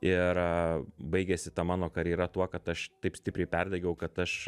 ir baigėsi ta mano karjera tuo kad aš taip stipriai perdegiau kad aš